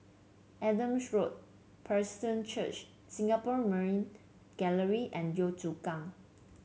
Adam Road Presbyterian Church Singapore Maritime Gallery and Yio Chu Kang